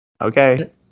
Okay